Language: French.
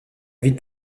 ville